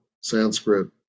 Sanskrit